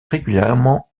régulièrement